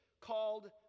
called